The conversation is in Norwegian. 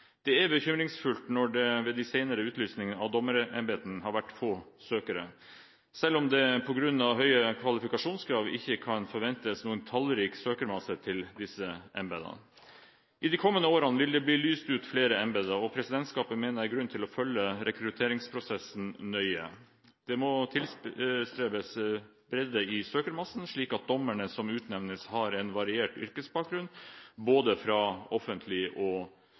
Det er bekymringsfullt når det ved de senere utlysninger av dommerembetene har vært få søkere, selv om det på grunn av høye kvalifikasjonskrav ikke kan forventes noen tallrik søkermasse til disse embetene. I de kommende årene vil det bli lyst ut flere embeter, og presidentskapet mener det er grunn til å følge rekrutteringsprosessen nøye. Det må tilstrebes bredde i søkermassen slik at dommerne som utnevnes, har en variert yrkesbakgrunn, fra både offentlig og